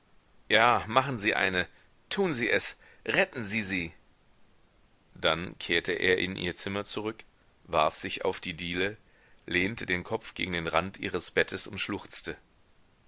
ja machen sie eine tun sie es retten sie sie dann kehrte er in ihr zimmer zurück warf sich auf die diele lehnte den kopf gegen den rand ihres bettes und schluchzte